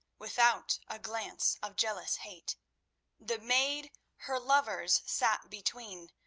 without a glance of jealous hate the maid her lovers sat between,